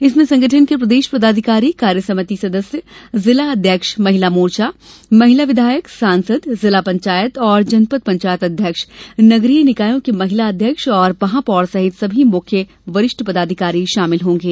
इसमें संगठन के प्रदेश पदाधिकारी कार्यसमिति सदस्य जिला अध्यक्ष महिला मोर्चा महिला विधायक सांसद जिला पंचायत और जनपद पंचायत अध्यक्ष नगरीय निकायों के महिला अध्यक्ष और महापौर सहित सभी मुख्य वरिष्ठ पदाधिकारी शामिल होंगे